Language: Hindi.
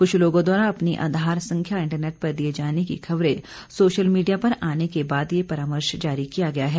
कुछ लोगों द्वारा अपनी आधार संख्या इंटरनेट पर दिए जाने की खबरे सोशल मीडिया पर आने के बाद ये परामर्श जारी किया गया है